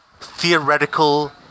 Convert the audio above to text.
theoretical